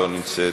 לא נמצאת,